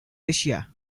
russia